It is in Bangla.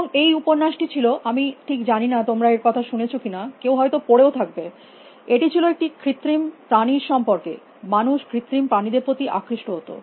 এবং এই উপন্যাসটি ছিল আমি ঠিক জানি না তোমরা এর কথা শুনেছ কিনা কেউ হয়ত পড়েও থাকবে এটি ছিল একটি কৃত্রিম প্রাণীর সম্পর্কে মানুষ কৃত্রিম প্রাণীদের প্রতি আকৃষ্ট হত